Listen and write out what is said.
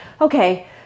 okay